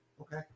Okay